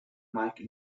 mike